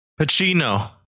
Pacino